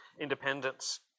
independence